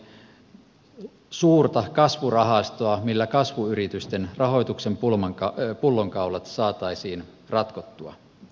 olemme esittäneet suurta kasvurahastoa millä kasvuyritysten rahoituksen pullonkaulat saataisiin ratkottua